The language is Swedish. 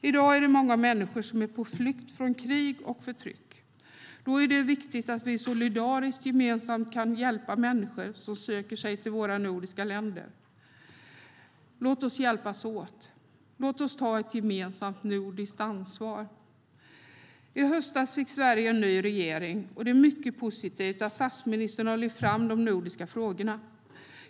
I dag är många människor på flykt från krig och förtryck. Då är det viktigt att vi solidariskt och gemensamt kan hjälpa människor som söker sig till våra nordiska länder. Låt oss hjälpas åt! Låt oss ta ett gemensamt nordiskt ansvar! I höstas fick Sverige en ny regering. Det är mycket positivt att statsministern har lyft fram de nordiska frågorna.